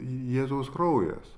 jėzaus kraujas